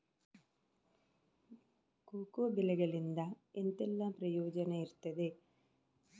Cocoa ಬೆಳೆಗಳಿಂದ ಎಂತೆಲ್ಲ ಪ್ರಯೋಜನ ಇರ್ತದೆ?